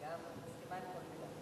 לגמרי, אני מסכימה עם כל מלה.